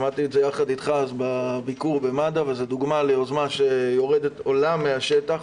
שמעתי את זה יחד איתך בביקור במד"א וזו דוגמה ליוזמה שעולה מהשטח,